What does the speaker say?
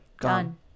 Done